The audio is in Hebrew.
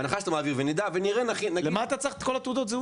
למה אתה צריך את כל ה-ת.ז.